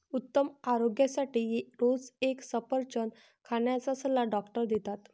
उत्तम आरोग्यासाठी रोज एक सफरचंद खाण्याचा सल्ला डॉक्टर देतात